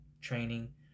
training